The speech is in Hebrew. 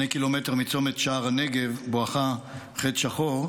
2 קילומטר מצומת שער הנגב בואכה חץ שחור,